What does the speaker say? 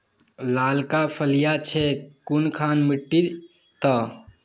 लालका फलिया छै कुनखान मिट्टी त?